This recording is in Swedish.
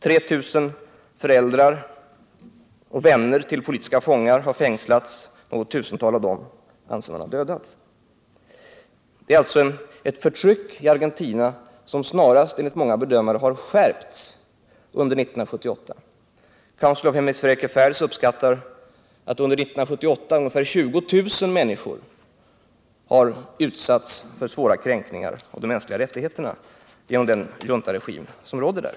3 000 föräldrar och vänner till politiska fångar har fängslats, och något tusental av dem beräknas ha dödats. Det förtryck som råder i Argentina har enligt många bedömare snarast skärpts under 1978. Council of Hemispheric Affairs uppskattar att 20000 människor i Argentina har utsatts för svåra kränkningar av de mänskliga rättigheterna under 1978 genom den juntaregim som styr där.